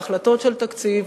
בהחלטות של תקציב,